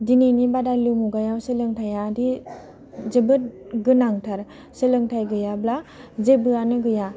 दिनैनि बादायलु मुगायाव सोलोंथाइआदि जोबोद गोनांथार सोलोंथाइ गैयाब्ला जेबोआनो गैया